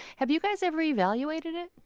have you guys ever evaluated it?